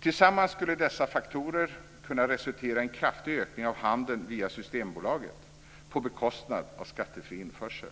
Tillsammans skulle dessa faktorer kunna resultera i en kraftig ökning av handeln via Systembolaget på bekostnad av skattefri införsel.